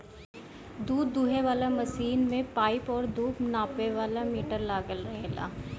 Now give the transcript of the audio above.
दूध दूहे वाला मशीन में पाइप और दूध नापे वाला मीटर लागल रहेला